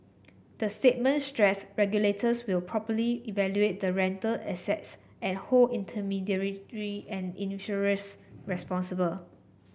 the statement stressed regulators will properly evaluate the rental assets and hold intermediary and issuers responsible